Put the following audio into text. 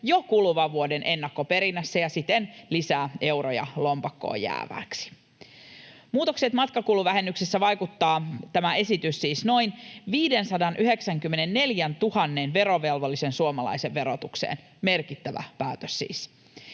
jo kuluvan vuoden ennakkoperinnässä ja siten lisää euroja lompakkoon jääväksi. Muutokset matkakuluvähennyksissä, tämä esitys siis, vaikuttavat noin 594 000 verovelvollisen suomalaisen verotukseen. Merkittävä päätös siis.